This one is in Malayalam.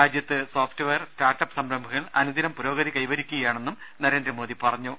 രാജ്യത്ത് സോഫ്റ്റ് വെയർ സ്റ്റാർട്ട് അപ്പ് സംരംഭങ്ങൾ അനുദിനം പുരോഗതി കൈവരിക്കുകയാണെന്നും നരേന്ദ്രമോദി പറഞ്ഞു